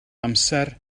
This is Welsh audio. amser